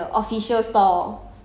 orh I think got people